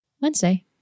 wednesday